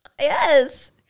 Yes